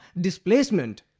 displacement